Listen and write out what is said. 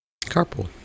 carpool